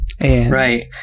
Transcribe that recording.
right